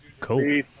Cool